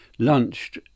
lunched